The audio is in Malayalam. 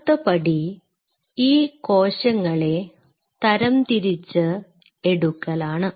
അടുത്ത പടി ഈ കോശങ്ങളെ തരംതിരിച്ച് എടുക്കലാണ്